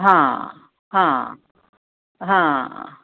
हां हां हां